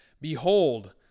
Behold